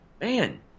man